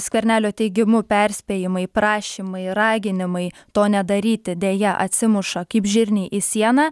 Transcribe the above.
skvernelio teigimu perspėjimai prašymai raginimai to nedaryti deja atsimuša kaip žirniai į sieną